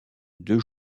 deux